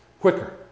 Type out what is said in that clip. quicker